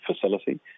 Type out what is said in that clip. facility